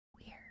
weird